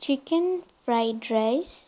chicken fried rice